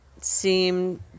seem